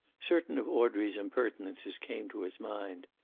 certain of audrey's impertinences came to his mind.